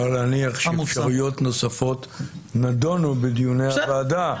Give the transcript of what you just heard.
אפשר להניח שאפשרויות נוספות נדונו בדיוני הוועדה.